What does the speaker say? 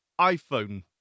iPhone